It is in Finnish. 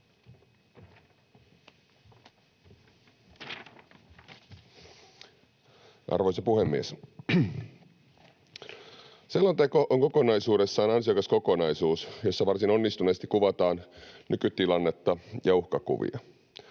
Arvoisa puhemies! Selonteko on kokonaisuudessaan ansiokas kokonaisuus, jossa varsin onnistuneesti kuvataan nykytilannetta ja uhkakuvia.